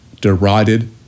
derided